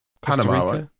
Panama